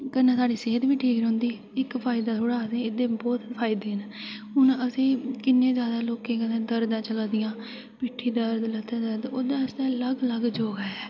कन्नै साढ़ी सेह्त बी ठीक रौहंदी इक फायदा थोह्ड़ा असें ई एह्दे बहोत फायदे न हून असें कि'न्ने जादा लोकें कन्नै दर्दां चला दियां पिट्ठी दर्द लत्तें दर्द उं'दे आस्तै अलग अलग योगा ऐ